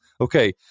Okay